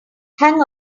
hang